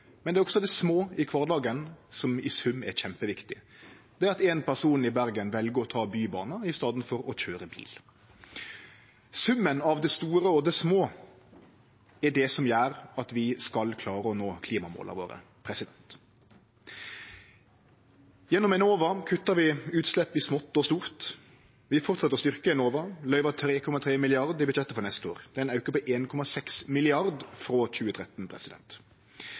Men det er også det små i kvardagen som i sum er kjempeviktig – det at ein person i Bergen vel å ta Bybanen i staden for å køyre bil. Summen av det store og det små er det som gjer at vi skal klare å nå klimamåla våre. Gjennom Enova kuttar vi utslepp i smått og stort. Vi fortset å styrkje Enova – løyver 3,3 mrd. kr i budsjettet for neste år. Det er ein auke på 1,6 mrd. kr frå 2013.